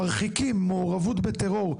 מרחיקים מעורבות בטרור,